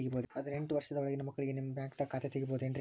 ಹದಿನೆಂಟು ವರ್ಷದ ಒಳಗಿನ ಮಕ್ಳಿಗೆ ನಿಮ್ಮ ಬ್ಯಾಂಕ್ದಾಗ ಖಾತೆ ತೆಗಿಬಹುದೆನ್ರಿ?